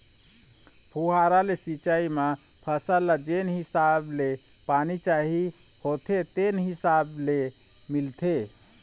फुहारा ले सिंचई म फसल ल जेन हिसाब ले पानी चाही होथे तेने हिसाब ले मिलथे